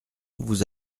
vous